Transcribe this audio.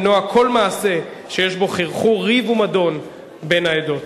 למנוע כל מעשה שיש בו חרחור ריב ומדון בין העדות.